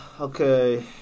okay